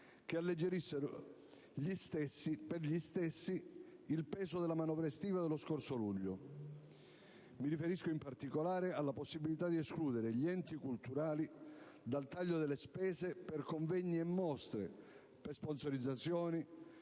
che alleggerissero per gli stessi il peso della manovra estiva dello scorso luglio. Mi riferisco in particolare alla possibilità di escludere gli enti culturali dal taglio delle spese per convegni e mostre, per sponsorizzazioni,